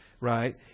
Right